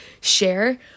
share